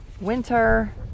winter